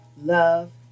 love